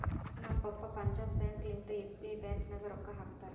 ನಮ್ ಪಪ್ಪಾ ಪಂಜಾಬ್ ಬ್ಯಾಂಕ್ ಲಿಂತಾ ಎಸ್.ಬಿ.ಐ ಬ್ಯಾಂಕ್ ನಾಗ್ ರೊಕ್ಕಾ ಹಾಕ್ತಾರ್